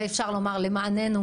ואפשר לומר למעננו,